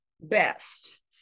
best